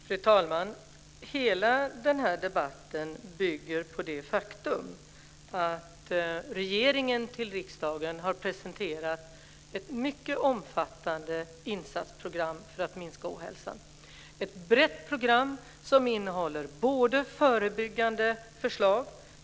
Fru talman! Hela den här debatten bygger på det faktum att regeringen för riksdagen har presenterat ett mycket omfattande insatsprogram för att minska ohälsan, ett brett program som innehåller förebyggande förslag.